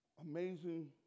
amazing